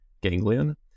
ganglion